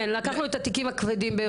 לקחנו את התיקים הכבדים,